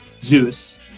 Zeus